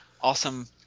awesome